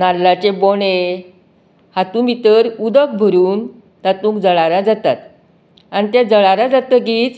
नाल्लाचे बोंडे हातूंत भितर उदक भरून तातूंत जळारां जातात आनी तें जळारां जातगीर